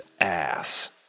ass